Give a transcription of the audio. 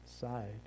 side